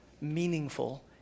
meaningful